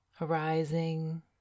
arising